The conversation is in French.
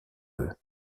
eux